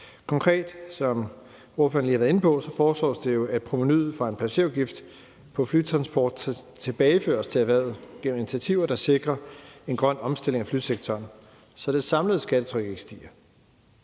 Konkret, som ordføreren lige har været inde på, foreslås det, at provenuet fra en passagerafgift på flytransport tilbageføres til erhvervet gennem initiativer, der sikrer en grøn omstilling af flysektoren, så det samlede skattetryk ikke stiger.